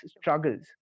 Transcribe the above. struggles